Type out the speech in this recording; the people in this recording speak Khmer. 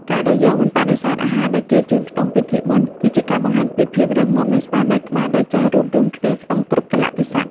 ការដែលយើងមិនបដិសេធអាហារដែលគេជូនក្នុងពិធីបុណ្យ គឺជាការបង្ហាញពីភាពរឹងមាំនៃស្មារតីខ្មែរដែលចេះរួបរួមគ្នាក្នុងគ្រប់កាលៈទេសៈ។